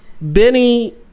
Benny